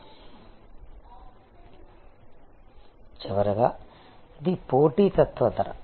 చివరగా ఇది పోటీతత్వ ధర